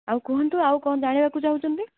ଆଉ କୁହନ୍ତୁ ଆଉ କ'ଣ ଜାଣିବାକୁ ଚାହୁଁଛନ୍ତି